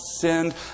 sinned